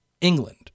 England